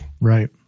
Right